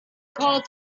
called